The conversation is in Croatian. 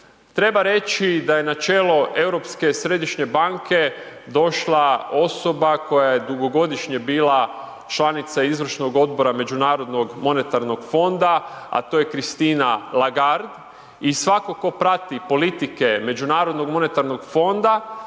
Treba reći da je na čelo Europske središnje banke došla osoba koja je dugogodišnje bila članica izvršnog odbora međunarodnog monetarnog fonda a to je Christine Lagarde i svatko tko prati politike MMF-a, prvenstveno